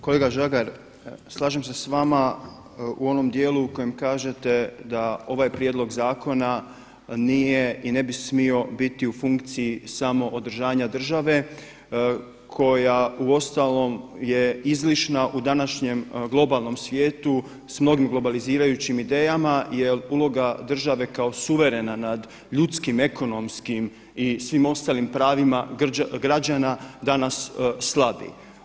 Kolega Žagar, slažem se s vama u onom dijelu u kojem kažete da ovaj prijedlog zakona nije i ne bi smio biti u funkciji samo održanja države koja uostalom je izlišna u današnjem globalnom svijetu sa mnogim globalizirajućim idejama jer uloga države kao suverena nad ljudskim ekonomskim i svim ostalim pravima građana danas slavi.